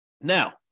Now